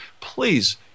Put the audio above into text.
please